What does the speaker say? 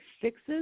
fixes